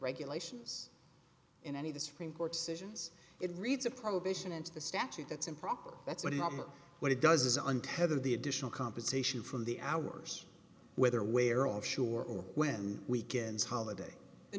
regulations in any of the supreme court decisions it reads a prohibition into the statute that's improper that's what harm what it does is untethered the additional compensation from the hours whether where off shore or when weekends holiday the